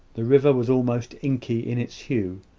the river was almost inky in its hue,